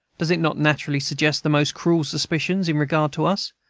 does it not naturally suggest the most cruel suspicions in regard to us?